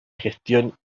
gestión